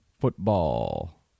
Football